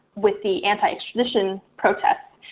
with the anti-extradition protest,